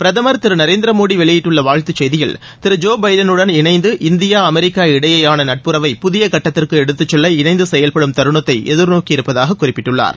பிரதமர் திரு நரேந்திர மோடி வெளியிட்டுள்ள வாழ்த்து செய்தியில் திரு ஜோ பைடனுடன் இணைந்து இந்தியா அமெரிக்கா இடையேயான நட்புறவை புதிய கட்டத்திற்கு எடுத்து செல்ல இணைந்து செயல்படும் தருணத்தை எதிர்நோக்கியிருப்பதாக குறிப்பிட்டுள்ளார்